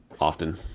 often